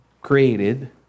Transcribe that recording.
created